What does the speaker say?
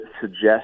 suggest